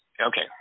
okay